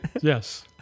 Yes